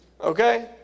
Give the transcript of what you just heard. Okay